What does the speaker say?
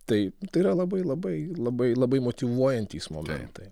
tai yra labai labai labai labai motyvuojantys momentai